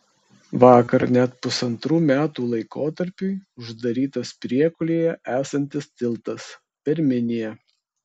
vakar net pusantrų metų laikotarpiui uždarytas priekulėje esantis tiltas per miniją